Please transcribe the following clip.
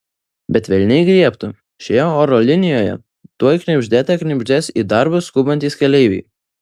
bet velniai griebtų šioje oro linijoje tuoj knibždėte knibždės į darbus skubantys keleiviai